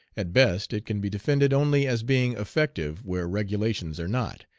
at best it can be defended only as being effective where regulations are not,